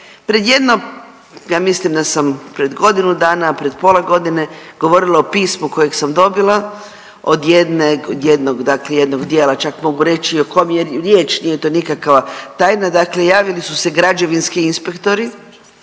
Pred jedno, ja mislim da sam pred godinu dana, pred pola godine govorila o pismu kojeg sam dobila od jedne, od jednog, jednog dijela čak mogu reći o kom je riječ nije to nikakva tajna, dakle javili su se građevinski inspektori